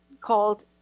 called